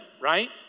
right